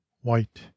white